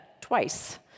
twice